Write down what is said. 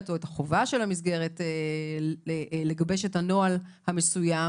או את החובה של המסגרת לגבש את הנוהל המסוים,